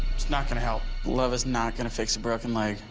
not going to help. love is not gonna fix a broken leg.